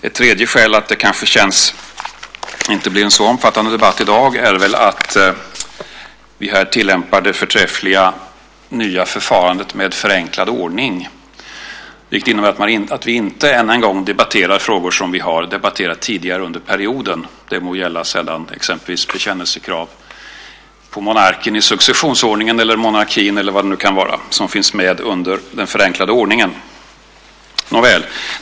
Ett tredje skäl till att det kanske inte blir någon särskilt omfattande debatt i dag är att vi här tillämpar det förträffliga nya förfarandet med förenklad ordning. Det innebär att vi inte ännu en gång debatterar frågor som vi har debatterat tidigare under perioden; det må gälla bekännelsekrav på monarken i successionsordningen eller monarkin eller vad det nu kan vara som finns med under den förenklade ordningen. Herr talman!